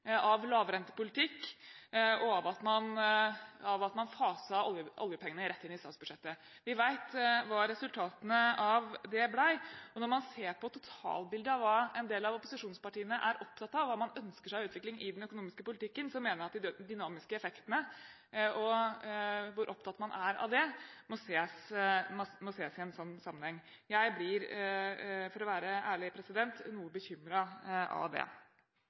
av lavrentepolitikk, og av at man faset oljepengene rett inn i statsbudsjettet. Vi vet hva resultatene av det ble. Når man ser på totalbildet av hva en del av opposisjonspartiene er opptatt av, hva man ønsker seg av utvikling i den økonomiske politikken, mener jeg at de dynamiske effektene og hvor opptatt man er av det, må ses i en sånn sammenheng. Jeg blir, for å være ærlig, noe bekymret av det.